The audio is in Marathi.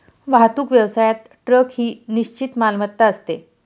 वाहतूक व्यवसायात ट्रक ही निश्चित मालमत्ता असते